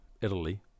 Italy